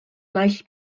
naill